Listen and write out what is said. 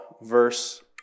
verse